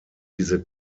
diese